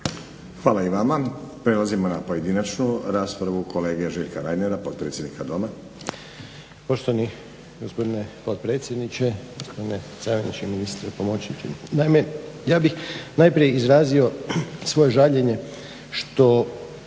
Hvala i vama. Prelazimo na pojedinačnu raspravu kolege Željka Reinera, potpredsjednika Doma. **Reiner, Željko (HDZ)** Poštovani gospodine potpredsjedniče, gospodine zamjeniče ministra, pomoćniče. Naime, ja bih najprije izrazio svoje žaljenje što